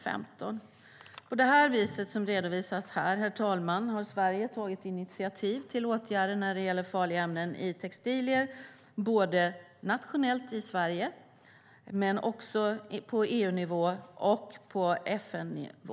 Herr talman! På det sätt som har redovisats här har Sverige tagit initiativ till åtgärder när det gäller farliga ämnen i textilier, nationellt i Sverige, på EU-nivå och på FN-nivå.